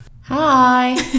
Hi